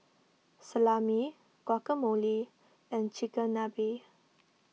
Salami Guacamole and Chigenabe